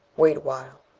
wait a while,